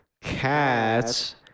Cats